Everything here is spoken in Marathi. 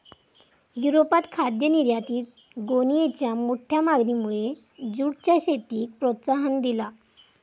युरोपात खाद्य निर्यातीत गोणीयेंच्या मोठ्या मागणीमुळे जूटच्या शेतीक प्रोत्साहन दिला